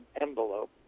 envelope